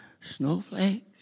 snowflake